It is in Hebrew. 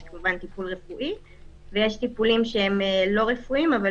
יש כמובן טיפול רפואי ויש טיפולים שהם לא רפואיים אבל